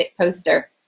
poster